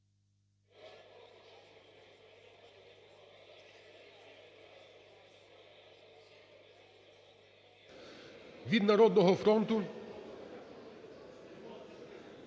Він "Народного фронту"